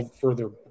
further